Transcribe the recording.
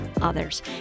others